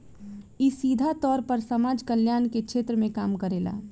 इ सीधा तौर पर समाज कल्याण के क्षेत्र में काम करेला